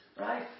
right